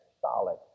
solid